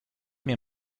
mir